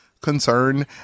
concern